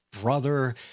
brother